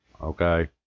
okay